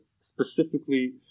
specifically